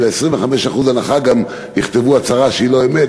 בשביל 25% הנחה גם יכתבו הצהרה שהיא לא אמת,